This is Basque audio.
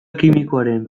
kimikoaren